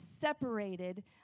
separated